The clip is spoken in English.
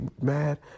mad